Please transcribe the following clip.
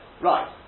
right